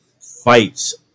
fights